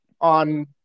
on